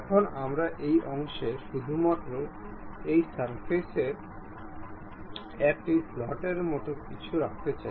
এখন আমরা এই অংশে শুধুমাত্র এই সারফেসে একটি স্লটের মত কিছু রাখতে চাই